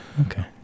okay